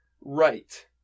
Right